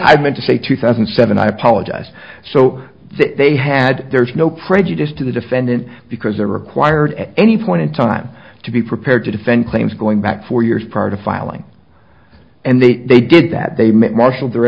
i meant to say two thousand and seven i apologize so they had there's no prejudice to the defendant because they're required at any point in time to be prepared to defend claims going back four years prior to filing and they they did that they met marshal their